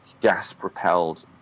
gas-propelled